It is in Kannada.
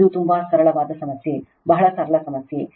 ಇದು ತುಂಬಾ ಸರಳವಾದ ಸಮಸ್ಯೆ ಬಹಳ ಸರಳ ಸಮಸ್ಯೆ